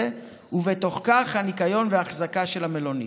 ובתוך כך הניקיון והאחזקה של המלונית.